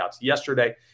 yesterday